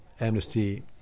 Amnesty